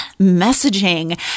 messaging